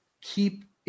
keep